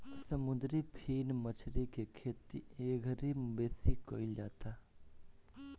समुंदरी फिन मछरी के खेती एघड़ी बेसी कईल जाता